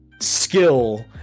skill